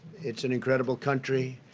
it's an incredible country.